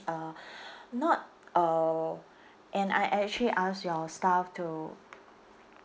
uh not uh and I actually ask your staff to